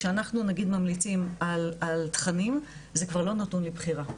כשאנחנו נגיד ממליצים על תכנים זה כבר לא נתון לבחירה.